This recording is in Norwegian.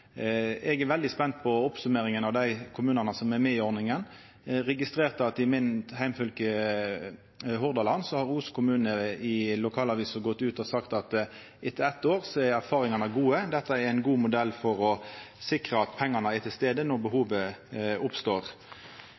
Eg er veldig spent på oppsummeringa av dei kommunane som er med i ordninga. Eg registrerte at i heimfylket mitt, Hordaland, har Os kommune gått ut i lokalavisa og sagt at etter eitt år er erfaringane gode, og dette er ein god modell for å sikra at pengane er til stades når behovet oppstår.